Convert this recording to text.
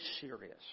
serious